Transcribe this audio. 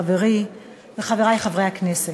חברִי וחברַי חברי הכנסת,